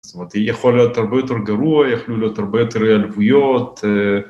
זאת אומרת, יכול להיות הרבה יותר גרוע, יכלו להיות הרבה יותר העלבויות.